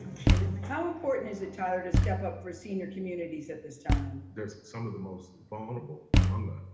kidding me? how important is it, tyler, to step up for the senior communities at this time? they're some of the most vulnerable among but